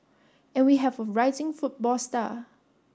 and we have a rising football star